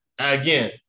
Again